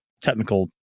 technical